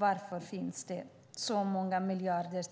Varför finns det så många miljarder